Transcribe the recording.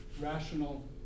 rational